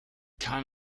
kann